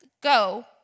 go